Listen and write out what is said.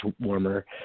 warmer